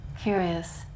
Curious